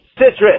citrus